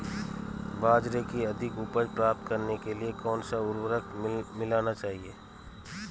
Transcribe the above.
बाजरे की अधिक उपज प्राप्त करने के लिए कौनसा उर्वरक मिलाना चाहिए?